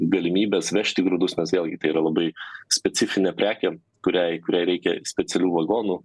galimybes vežti grūdus nes vėlgi tai yra labai specifinė prekė kuriai kuriai reikia specialių vagonų